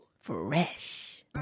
fresh